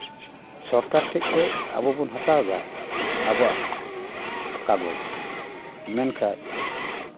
ᱥᱚᱨᱠᱟᱨ ᱴᱷᱮᱱ ᱠᱷᱚᱱ ᱟᱵᱚ ᱵᱚᱱ ᱦᱟᱛᱟᱣᱫᱟ ᱟᱵᱚᱣᱟᱜ ᱠᱟᱜᱚᱡᱽ ᱢᱮᱱᱠᱷᱟᱱ